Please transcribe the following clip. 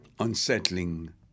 Unsettling